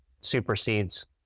supersedes